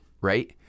Right